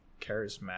charismatic